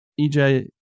EJ